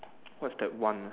what's that one nah